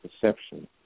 perception